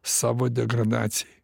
savo degradacijai